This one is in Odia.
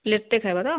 ପ୍ଲେଟ୍ ଟେ ଖାଏବ ତ